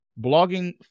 blogging